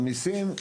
מעמיסים,